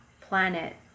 planet